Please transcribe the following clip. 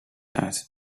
uit